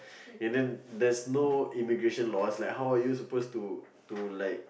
and then there's no immigration laws like how you suppose to to like